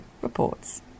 reports